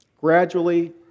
gradually